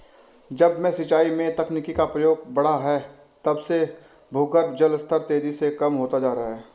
जब से सिंचाई में तकनीकी का प्रयोग बड़ा है तब से भूगर्भ जल स्तर तेजी से कम होता जा रहा है